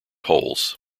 holes